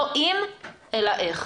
לא אם אלא איך.